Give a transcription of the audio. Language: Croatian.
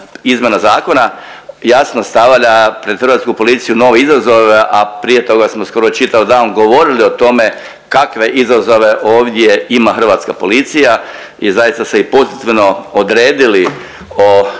izmjena zakona jasno stavlja pred hrvatsku policiju nove izazove, a prije toga smo skoro čitav dan govorili o tome kakve izazove ovdje ima hrvatska policija i zaista se i pozitivno odredili